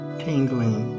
tingling